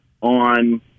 on